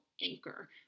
anchor